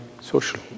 social